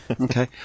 Okay